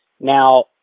Now